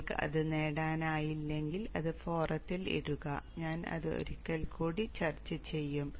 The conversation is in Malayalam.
നിങ്ങൾക്ക് അത് നേടാനായില്ലെങ്കിൽ അത് ഫോറത്തിൽ ഇടുക ഞാൻ അത് ഒരിക്കൽ കൂടി ചർച്ച ചെയ്യും